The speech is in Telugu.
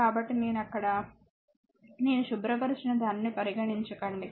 కాబట్టి నేను అక్కడ నేను శుభ్రపరిచిన దానిని పరిగణించకండి